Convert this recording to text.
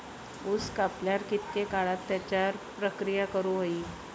ऊस कापल्यार कितके काळात त्याच्यार प्रक्रिया करू होई?